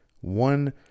one